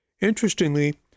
Interestingly